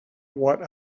what